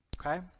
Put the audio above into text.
okay